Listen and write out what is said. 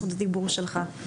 זכות הדיבור שלך.